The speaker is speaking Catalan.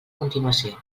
continuació